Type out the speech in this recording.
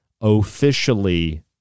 officially